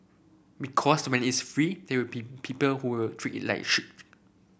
because when it's free there will be people who will treat it like shit